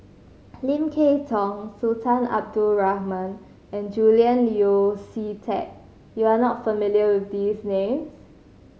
Lim Kay Tong Sultan Abdul Rahman and Julian Yeo See Teck you are not familiar with these names